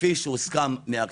כפי שהוסכם.